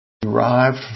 derived